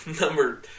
number